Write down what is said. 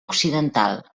occidental